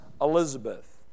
Elizabeth